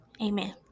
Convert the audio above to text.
Amen